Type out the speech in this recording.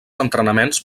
entrenaments